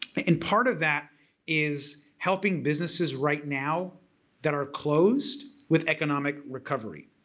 and part of that is helping businesses right now that are closed with economic recovery.